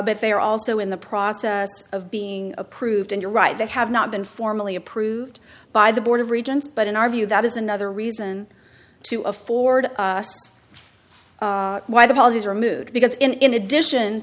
but they are also in the process of being approved and you're right they have not been formally approved by the board of regents but in our view that is another reason to afford why the policy is removed because in addition